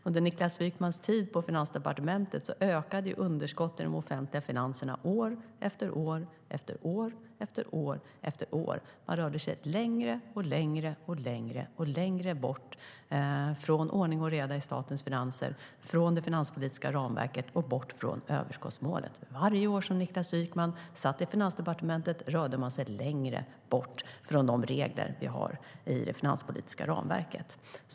Under Niklas Wykmans tid på Finansdepartementet ökade ju underskottet i de offentliga finanserna - år efter år efter år. Man rörde sig längre och längre bort från ordning och reda i statens finanser, från det finanspolitiska ramverket och från överskottsmålet. Varje år Niklas Wykman satt på Finansdepartementet rörde man sig längre bort från de regler vi har i det finanspolitiska ramverket.